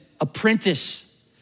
apprentice